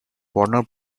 warner